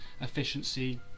efficiency